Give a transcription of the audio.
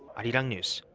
arirang news.